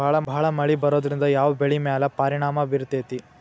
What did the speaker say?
ಭಾಳ ಮಳಿ ಬರೋದ್ರಿಂದ ಯಾವ್ ಬೆಳಿ ಮ್ಯಾಲ್ ಪರಿಣಾಮ ಬಿರತೇತಿ?